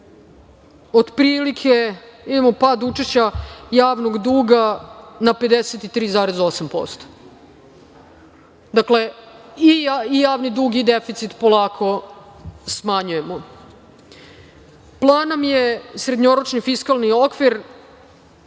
otprilike - imamo pad učešća javnog duga na 53,8%. Dakle, i javni dug i deficit polako smanjujemo. Plan nam je srednjoročni fiskalni okvir